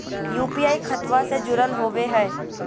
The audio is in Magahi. यू.पी.आई खतबा से जुरल होवे हय?